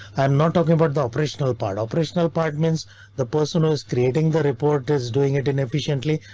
i'm not talking about the operational part. operational part means the personal is creating the report is doing it inefficiently.